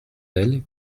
elle